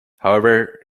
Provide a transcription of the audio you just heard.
however